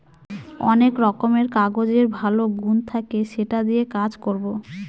অনেক রকমের কাগজের ভালো গুন থাকে সেটা দিয়ে কাজ করবো